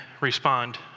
respond